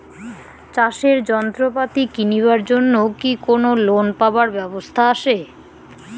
চাষের যন্ত্রপাতি কিনিবার জন্য কি কোনো লোন পাবার ব্যবস্থা আসে?